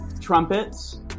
trumpets